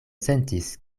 sentis